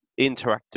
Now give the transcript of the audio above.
interactive